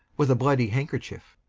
with a bloody handkerchief